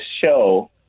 show